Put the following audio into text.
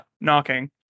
knocking